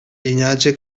llinatge